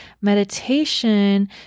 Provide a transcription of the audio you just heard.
Meditation